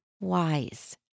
wise